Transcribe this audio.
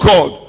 God